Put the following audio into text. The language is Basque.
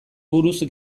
buruz